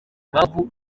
impamvu